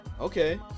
Okay